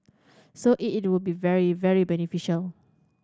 so it it will be very very beneficial